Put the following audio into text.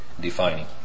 defining